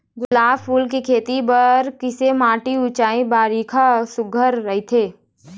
गुलाब फूल के खेती करे बर किसे माटी ऊंचाई बारिखा सुघ्घर राइथे?